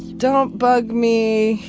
don't bug me.